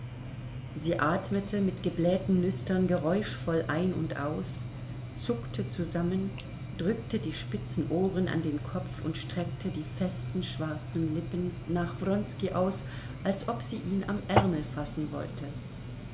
sie atmete mit geblähten nüstern geräuschvoll ein und aus zuckte zusammen drückte die spitzen ohren an den kopf und streckte die festen schwarzen lippen nach wronski aus als ob sie ihn am ärmel fassen wollte